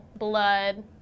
blood